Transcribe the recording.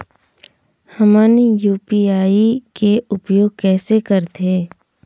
हमन यू.पी.आई के उपयोग कैसे करथें?